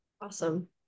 Awesome